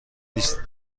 نیست